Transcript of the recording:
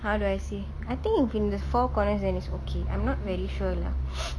how do I say I think if in the four corners then it's okay I'm not very sure lah